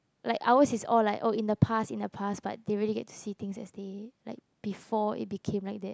like ours is all like oh in the past in the past but they really get to see things as they like before it became like that